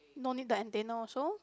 no need the antenna also